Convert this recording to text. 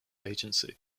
agency